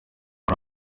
ari